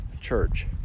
Church